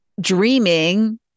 dreaming